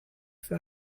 für